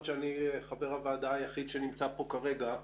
שאני חבר הוועדה היחיד שנמצא פה כרגע.